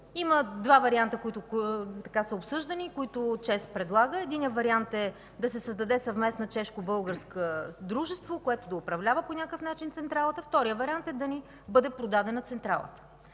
Има два варианта, които са обсъждани и които ЧЕЗ предлага. Единият вариант е да се създаде съвместно чешко-българско дружество, което да управлява по някакъв начин централата. Вторият вариант е централата